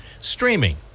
streaming